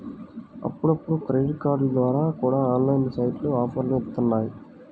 అప్పుడప్పుడు క్రెడిట్ కార్డుల ద్వారా కూడా ఆన్లైన్ సైట్లు ఆఫర్లని ఇత్తన్నాయి